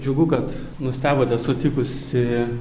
džiugu kad nustebote sutikusi